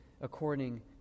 according